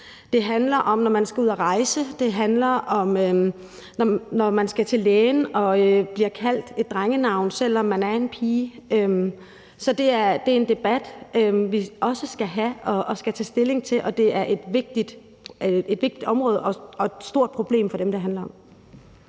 Det handler om, når man skal ud at rejse; det handler om, når man skal til lægen og bliver omtalt som dreng, selv om man er en pige. Så det er en debat, vi også skal have og skal tage stilling til, og det er et vigtigt område og et stort problem for dem, det handler om.